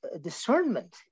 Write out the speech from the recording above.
discernment